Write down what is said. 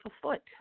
afoot